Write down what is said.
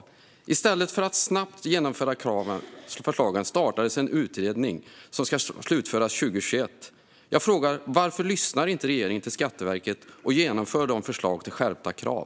Men i stället för att snabbt genomföra förslagen startade regeringen en utredning som ska slutföras 2021. Min fråga är: Varför lyssnar inte regeringen till Skatteverket och genomför förslagen på skärpta krav?